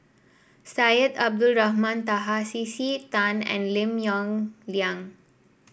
Syed Abdulrahman Taha C C Tan and Lim Yong Liang